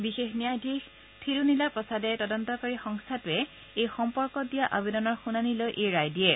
বিশেষ ন্যায়াধীশ থিৰুনীলা প্ৰসাদে তদন্তকাৰী সংস্থাটোৱে এই সম্পৰ্কত দিয়া আৱেদনৰ শুনানি লৈ এই ৰায় দিয়ে